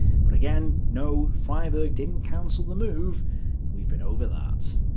but again, no freyberg didn't cancel the move we've been over that.